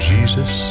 Jesus